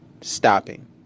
stopping